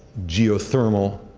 geothermal,